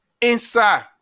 inside